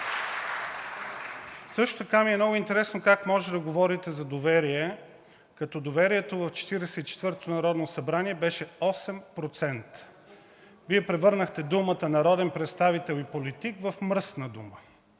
Също така ми е много интересно как може да говорите за доверие, като доверието в Четиридесет и четвъртото народно събрание беше 8%. Вие превърнахте думата „народен представител“ и „политик“ в мръсна дума